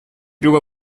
ruba